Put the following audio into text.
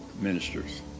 ministers